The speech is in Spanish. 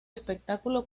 espectáculo